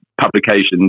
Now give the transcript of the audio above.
Publications